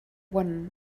one